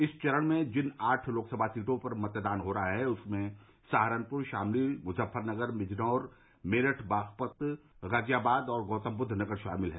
इस चरण में जिन आठ लोकसभा सीटों पर मतदान हो रहा है उनमें सहारनपुर शामली मुजफ्फरनगर बिजनौर मेरठ बागपत गाजियाबाद और गौतमबुद्व नगर शामिल हैं